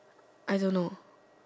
I don't know